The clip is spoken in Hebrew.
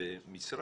זאת משרה.